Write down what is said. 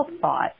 thought